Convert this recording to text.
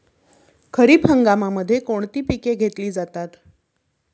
खरीप हंगामात कोणती पिके घेतली जातात?